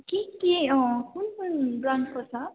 के के अँ कुन कुन ब्रान्डको छ